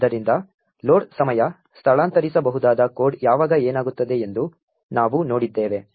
ಆದ್ದರಿಂದ ಲೋಡ್ ಸಮಯ ಸ್ಥಳಾಂತರಿಸಬಹುದಾದ ಕೋಡ್ ಯಾವಾಗ ಏನಾಗುತ್ತದೆ ಎಂದು ನಾವು ನೋಡಿದ್ದೇವೆ